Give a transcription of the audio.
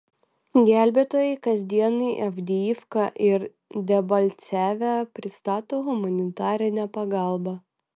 gelbėtojai kasdien į avdijivką ir debalcevę pristato humanitarinę pagalbą